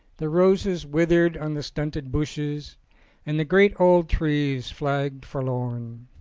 the roses withered on the stunted bushes and the great old trees flagged forlorn.